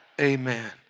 Amen